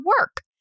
work